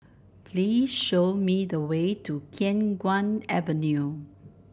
please show me the way to Khiang Guan Avenue